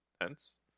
Hence